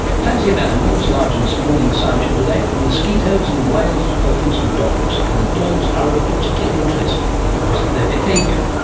plenty of animals, large and small, in the science show today, from mosquitoes and whales to elephants and dogs. and the dogs are of particular interest because of their behaviour.